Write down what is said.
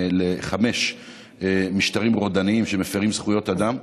לחמש משטרים רודניים שמפירים זכויות אדם.